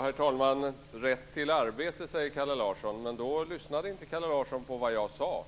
Herr talman! Rätt till arbete, säger Kalle Larsson. Men då lyssnade inte Kalle Larsson på vad jag sade.